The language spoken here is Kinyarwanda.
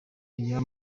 aya